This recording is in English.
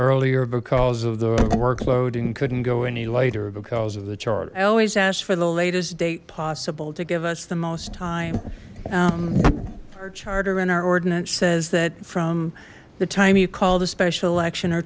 earlier because of the workload and couldn't go any lighter because of the charter i always asked for the latest date possible to give us the most time our charter and our ordinance says that from the time you called a special election or